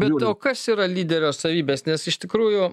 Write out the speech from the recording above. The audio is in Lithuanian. bet o kas yra lyderio savybės nes iš tikrųjų